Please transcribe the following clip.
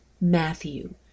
Matthew